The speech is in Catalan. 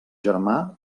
germà